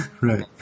right